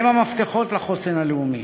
הם המפתחות לחוסן לאומי.